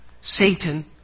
Satan